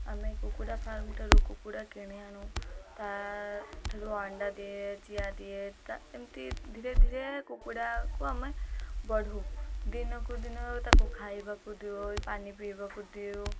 ଆମେ କୁକୁଡ଼ା ଫାର୍ମ ଠାରୁ କୁକୁଡ଼ା କିଣି ଆଣୁ ତା ଠାରୁ ଅଣ୍ଡା ଦିଏ ଜିଆ ଦିଏ ଏମିତି ଧୀରେ ଧୀରେ କୁକୁଡ଼ାକୁ ଆମେ ବଢ଼ୁ ଦିନକୁ ଦିନ ତାକୁ ଖାଇବାକୁ ଦିଅ ପାଣି ପିଇବାକୁ ଦେଉ